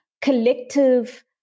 collective